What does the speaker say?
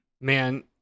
man